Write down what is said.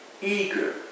Eager